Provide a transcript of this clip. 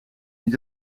niet